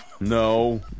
No